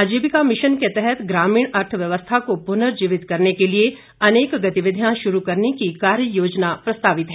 आजीविका मिशन के तहत ग्रामीण अर्थव्यवस्था को पुर्नजीवित करने के लिए अनेक गतिविधियां शुरू करने की कार्य योजना प्रस्तावित है